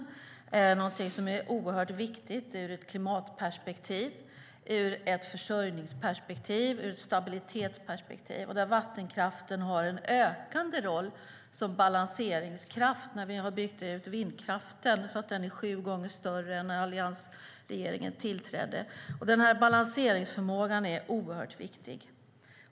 Det är någonting som är oerhört viktigt ur ett klimatperspektiv, ur ett försörjningsperspektiv och ur ett stabilitetsperspektiv. Vattenkraften har en ökande roll som balanseringskraft när vi har byggt ut vindkraften så att den är sju gånger större än när alliansregeringen tillträdde. Den balanseringsförmågan är oerhört viktig.